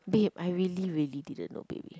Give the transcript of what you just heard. babe I really really didn't know babe